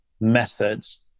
methods